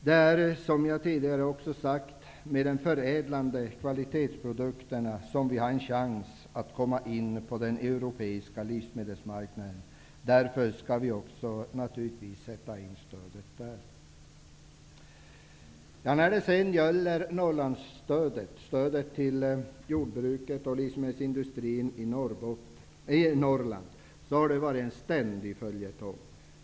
Det är, som jag tidigare har sagt, med de förädlade kvalitetsprodukterna som vi har en chans att komma in på den europeiska livsmedelsmarknaden. Därför skall vi naturligtvis sätta in stödet där. Norrland har varit en ständig följetong.